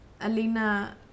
Alina